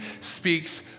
speaks